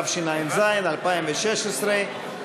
התשע"ז 2016,